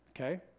okay